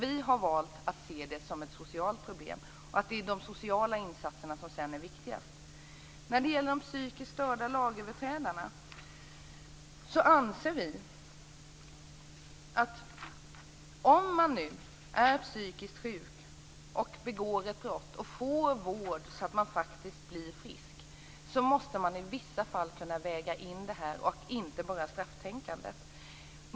Vi har valt att se missbruket som ett socialt problem och att det är de sociala insatserna som är viktigast. När det gäller psykiskt störda lagöverträdare anser vi att om man är psykiskt sjuk och begår ett brott och får vård så att man blir frisk, måste detta - och inte bara strafftänkandet - i vissa fall kunna vägas in.